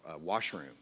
washroom